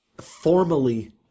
formally